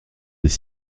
des